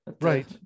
Right